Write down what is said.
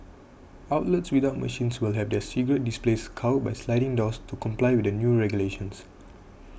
outlets without machines will have their cigarette displays covered by sliding doors to comply with the new regulations